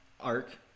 arc